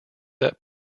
that